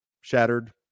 shattered